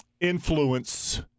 influence